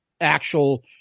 actual